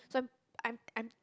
so I'm I'm I'm